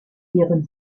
ihren